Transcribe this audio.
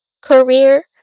career